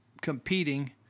competing